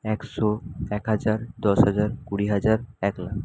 একশো এক হাজার দশ হাজার কুড়ি হাজার এক লাখ